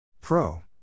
Pro